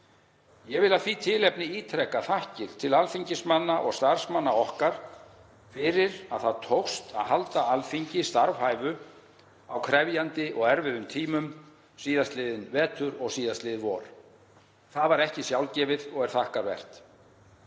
Ég vil af því tilefni ítreka þakkir til alþingismanna og starfsmanna okkar fyrir að það tókst að halda Alþingi starfhæfu á krefjandi og erfiðum tímum síðastliðinn vetur og síðastliðið vor. Það var ekki sjálfgefið og er þakkarvert.